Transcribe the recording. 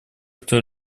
кто